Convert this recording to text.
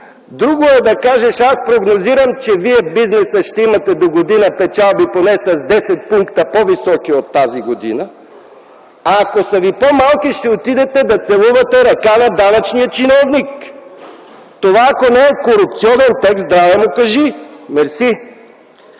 друго е да кажеш: „аз прогнозирам, че вие, бизнесът, ще имате догодина печалби поне с 10 пункта по-високи от тази година, а ако са ви по-малки ще отидете да целувате ръка на данъчния чиновник”. Това, ако не е корупционен текст, здраве му кажи! Мерси!